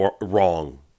wrong